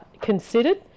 considered